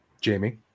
Jamie